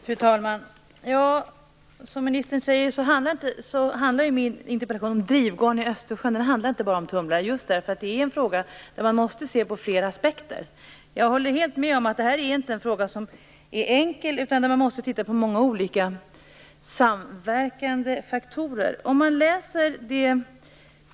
Fru talman! Som ministern säger handlar min interpellation om drivgarn i Östersjön, den handlar inte bara om tumlare, just därför att det är en fråga där man måste se på flera aspekter. Jag håller helt med om att detta inte är en fråga som är enkel, utan det är en fråga där man måste titta på många olika samverkande faktorer.